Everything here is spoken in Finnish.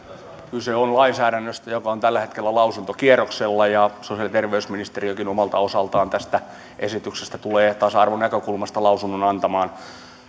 kyse on lainsäädännöstä joka on tällä hetkellä lausuntokierroksella ja sosiaali ja terveysministeriökin omalta osaltaan tästä esityksestä tulee tasa arvon näkökulmasta lausunnon antamaan